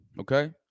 okay